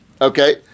Okay